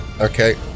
Okay